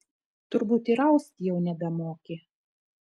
turbūt ir aust jau nebemoki